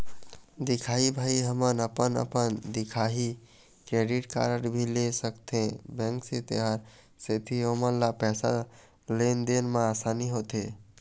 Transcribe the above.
दिखाही भाई हमन अपन अपन दिखाही क्रेडिट कारड भी ले सकाथे बैंक से तेकर सेंथी ओमन ला पैसा लेन देन मा आसानी होथे?